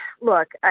look